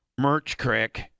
Merchcrick